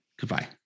Goodbye